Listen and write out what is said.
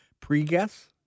pre-guess